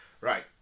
right